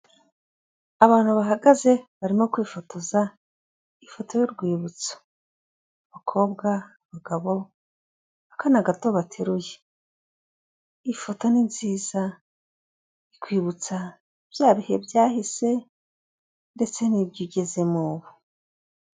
Abantu bahagaze barimo kwifotoza ifoto y'urwibutso. Abakobwa, abagabo, akana gato bateruye. Ifoto ni nziza, ikwibutsa bya bihe byahise ndetse n'ibyo ugezemo ubu.